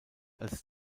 als